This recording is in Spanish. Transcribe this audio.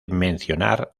mencionar